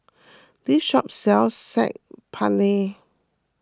this shop sells Saag Paneer